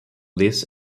lists